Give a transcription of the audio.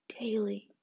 daily